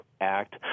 Act